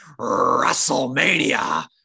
WrestleMania